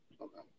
Okay